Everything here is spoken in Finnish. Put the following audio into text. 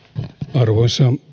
arvoisa